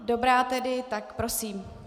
Dobrá tedy, tak prosím.